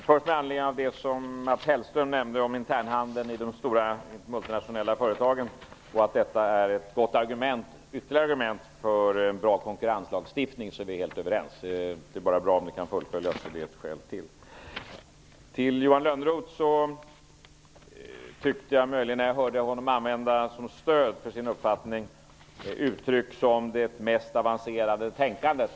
Fru talman! Jag vill först med anledning av det som Mats Hellström nämnde om internhandeln och de stora multinationella företagen och att detta är ett ytterligare argument för en bra konkurrenslagstiftning säga att vi är helt överens. Det är bara bra om detta kan fullföljas. Jag hörde Johan Lönnroth som stöd för sin uppfattning använda uttryck som det mest avancerade tänkandet.